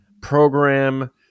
program